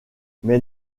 mais